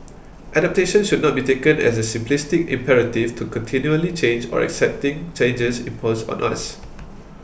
adaptation should not be taken as the simplistic imperative to continually change or accepting changes imposed on us